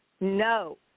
No